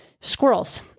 squirrels